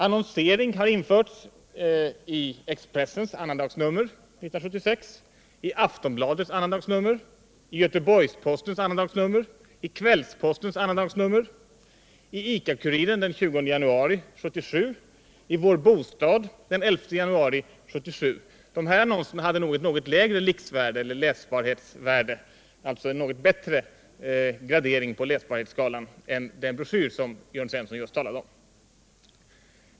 Annonsering har förekommit i Expressen annandag jul 1976 liksom i Aftonbladets, Göteborgs-Postens och Kvällspostens annandagsnummer, i ICA-Kuriren den 20 januari 1977 och i Vår Bostad den 11 januari 1977. Dessa annonser hade förmodligen ett högre läsbarhetsvärde än den broschyr som Jörn Svensson just talade om.